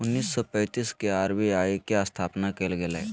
उन्नीस सौ पैंतीस के आर.बी.आई के स्थापना कइल गेलय